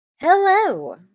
hello